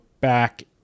back